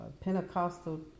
Pentecostal